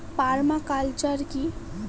Parma culture কি?